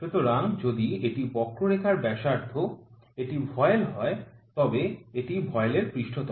সুতরাং যদি এটি বক্ররেখার ব্যাসার্ধ এটি ভয়েল হয় তবে এটি ভয়েলের পৃষ্ঠতল